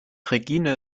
regine